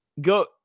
Go